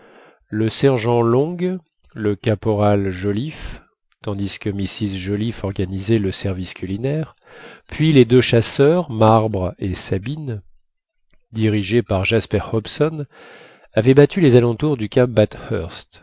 le sergent long le caporal joliffe tandis que mrs joliffe organisait le service culinaire puis les deux chasseurs marbre et sabine dirigés par jasper hobson avaient battu les alentours du cap